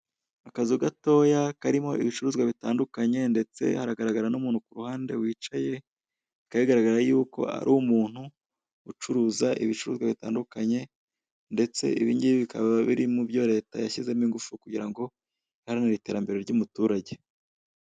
Akazu gatoya karimo ibicuruzwa bitandukanye, ndetse haragaragara n'umuntu ku ruhande wicaye, bikaba bigararaga yuko ari umuntu ucuruza ibicuruzwa bitandukanye, ndetse ibingibi bikaba biri mu byo leta yashyizemo ingufu kugira ngo iharanire iterambere ry'umuturage.